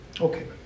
Okay